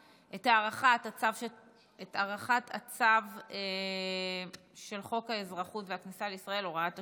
הארכת הצו של חוק האזרחות והכניסה לישראל (הוראת השעה),